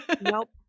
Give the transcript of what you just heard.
Nope